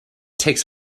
takes